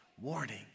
Warning